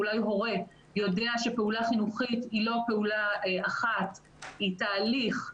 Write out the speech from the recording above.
אולי הורה ויודע שפעולה חינוכית היא לא פעולה אחת אלא היא תהליך,